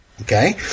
Okay